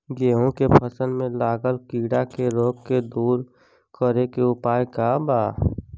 गेहूँ के फसल में लागल कीड़ा के रोग के दूर करे के उपाय का बा?